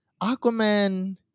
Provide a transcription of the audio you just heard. Aquaman